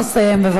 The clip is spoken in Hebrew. למה אולי?